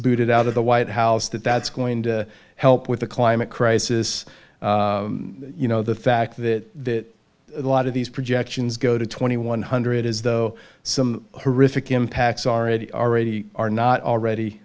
booted out of the white house that that's going to help with the climate crisis you know the fact that a lot of these projections go to twenty one hundred as though some horrific impacts are already already are not already